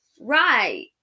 Right